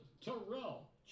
Terrell